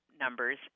numbers